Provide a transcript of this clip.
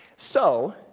so,